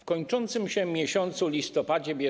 W kończącym się miesiącu listopadzie br.